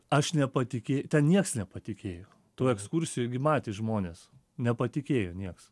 aš nepatikė ten nieks nepatikėjo toj ekskursijoj gi matė žmonės nepatikėjo nieks